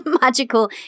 magical